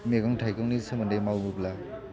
मैगं थाइगंनि सोमोन्दै मावोब्ला